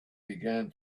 began